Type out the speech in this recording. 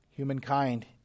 Humankind